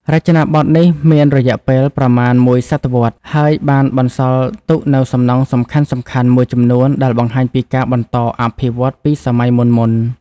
រចនាបថនេះមានរយៈពេលប្រមាណមួយសតវត្សរ៍ ហើយបានបន្សល់ទុកនូវសំណង់សំខាន់ៗមួយចំនួនដែលបង្ហាញពីការបន្តអភិវឌ្ឍន៍ពីសម័យមុនៗ។